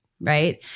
right